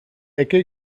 ecke